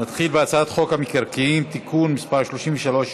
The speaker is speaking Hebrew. הצעת חוק המקרקעין (תיקון מס' 33),